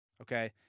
okay